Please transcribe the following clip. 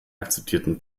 akzeptierten